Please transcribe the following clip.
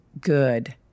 good